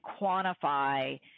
quantify